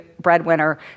breadwinner